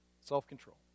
self-control